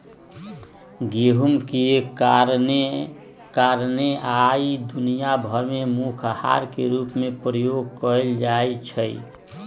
गेहूम के कारणे आइ दुनिया भर में मुख्य अहार के रूप में प्रयोग कएल जाइ छइ